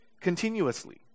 continuously